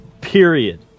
Period